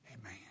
Amen